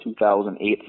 2008